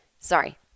sorry